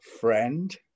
friend